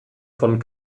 von